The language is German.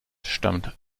stammt